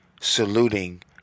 saluting